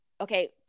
okay